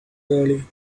early